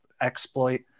exploit